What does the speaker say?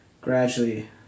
Gradually